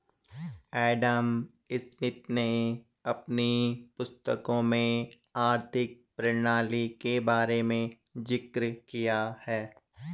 Adam Smith ने अपनी पुस्तकों में आर्थिक प्रणाली के बारे में जिक्र किया है